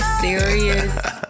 Serious